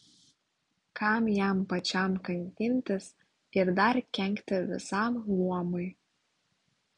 kam jam pačiam kankintis ir dar kenkti visam luomui